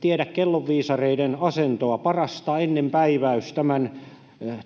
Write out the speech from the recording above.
tiedä kellonviisareiden asentoa. Parasta ennen ‑päiväys tämän